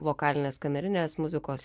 vokalinės kamerinės muzikos